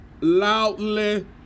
loudly